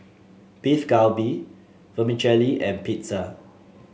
Beef Galbi Vermicelli and Pizza